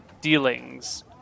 dealings